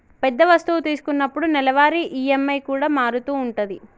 పెద్ద వస్తువు తీసుకున్నప్పుడు నెలవారీ ఈ.ఎం.ఐ కూడా మారుతూ ఉంటది